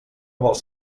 vols